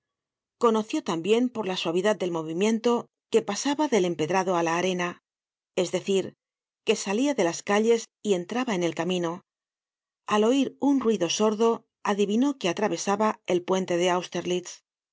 conoció tambien por la suavidad del movimiento que pasaba del empedrado á la arena es decir que salia de las calles y entraba en el camino al oir un ruido sordo adivinó que atravesaba el puente de